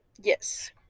Yes